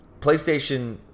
PlayStation